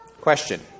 question